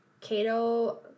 Cato